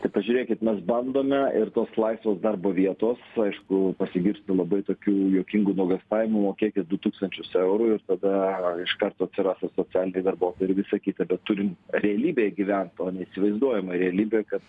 tai pažiūrėkit mes bandome ir tos laisvos darbo vietos aišku pasigirsta labai tokių juokingų nuogatavimų mokėkit du tūkstančius eurų tada iš karto atsiras ir socialiniai darbuotojai ir visa kita bet turim realybėj gyvent o ne įsivaizduojamoj realybėj kad